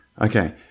Okay